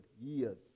years